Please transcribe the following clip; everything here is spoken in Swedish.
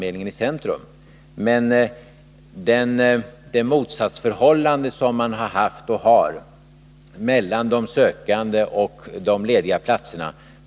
Men vi måste försöka bryta ned det motsatsförhållande som finns och har funnits mellan de arbetssökande och de lediga platserna.